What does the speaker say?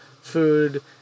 food